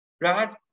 right